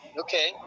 Okay